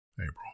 April